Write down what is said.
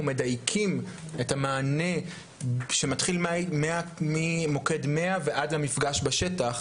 מדייקים את המענה שמתחיל ממוקד 100 ועד למפגש בשטח.